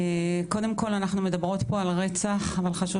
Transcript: קודם כל אנחנו מדברות פה על רצח אבל חשוב